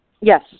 Yes